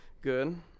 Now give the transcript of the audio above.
Good